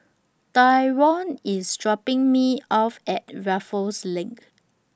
Tyron IS dropping Me off At Raffles LINK